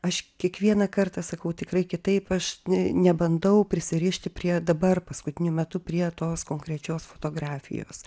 aš kiekvieną kartą sakau tikrai kitaip aš ne nebandau prisirišti prie dabar paskutiniu metu prie tos konkrečios fotografijos